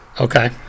Okay